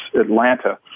Atlanta